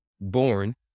Born